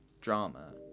drama